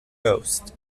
coast